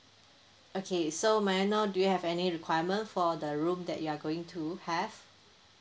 okay so may I know do you have any requirement for the room that you are going to have